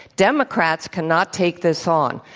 democrats cannot take this on.